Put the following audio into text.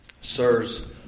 Sirs